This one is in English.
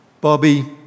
Bobby